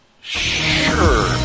Sure